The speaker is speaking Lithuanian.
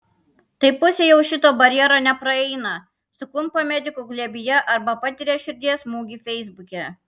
tai pusė jau šito barjero nepraeina suklumpa medikų glėbyje arba patiria širdies smūgį feisbuke